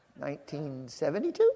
1972